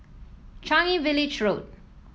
Changi Village Road